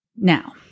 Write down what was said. Now